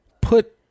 put